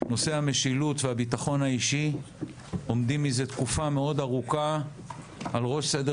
נושא המשילות והביטחון האישי עומדים מזה תקופה מאוד ארוכה על ראש סדר